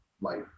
life